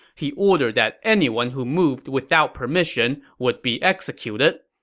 he ordered that anyone who moved without permission would be executed.